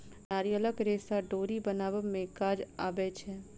नारियलक रेशा डोरी बनाबअ में काज अबै छै